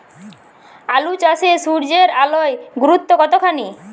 আলু চাষে সূর্যের আলোর গুরুত্ব কতখানি?